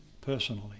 personally